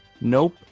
Nope